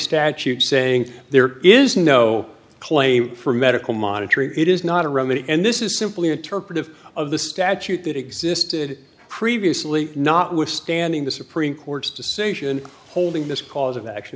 statute saying there is no claim for medical monitoring it is not a remedy and this is simply interpretive of the statute that existed previously not withstanding the supreme court's decision holding this cause of action